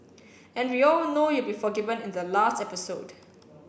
and we all know you'll be forgiven in the last episode